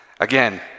again